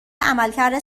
عملکرد